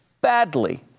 badly